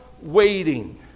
waiting